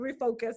refocus